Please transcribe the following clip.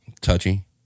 touchy